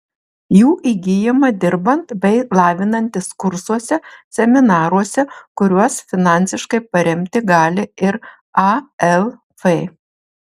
jų įgyjama dirbant bei lavinantis kursuose seminaruose kuriuos finansiškai paremti gali ir alf